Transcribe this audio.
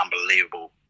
unbelievable